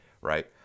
right